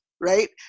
right